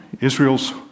Israel's